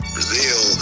Brazil